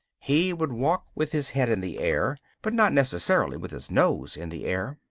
he would walk with his head in the air but not necessarily with his nose in the air.